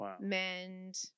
Mend